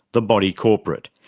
the body corporate.